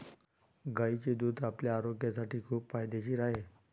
गायीचे दूध आपल्या आरोग्यासाठी खूप फायदेशीर आहे